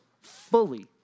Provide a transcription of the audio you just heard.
fully